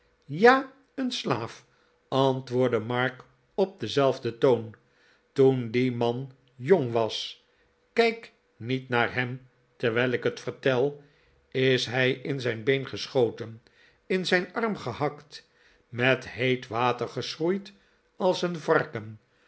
ja een slaaf antwoordde mark op denzelfden toon toen die man jong was kijk niet naar hem terwijl ik het vertel is hij in zijn been geschoten in zijn arm gehakt met heet water geschroeid als een varken